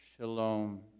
Shalom